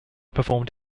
performed